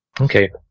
Okay